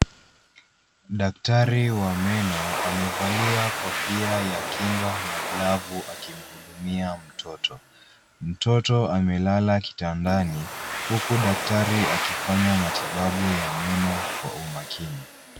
Daktari wa meno, amevalia kofia ya kinga na glavu akimhudumia mtoto. Mtoto amelala kitandani huku daktari akifanya matibabu ya meno kwa umakini.